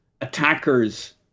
attackers